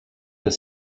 with